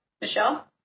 Michelle